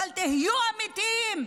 אבל תהיו אמיתיים.